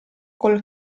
col